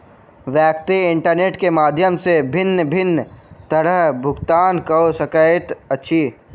व्यक्ति इंटरनेट के माध्यम सॅ भिन्न भिन्न तरहेँ भुगतान कअ सकैत अछि